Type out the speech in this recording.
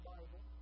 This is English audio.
Bible